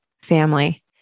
family